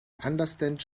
understand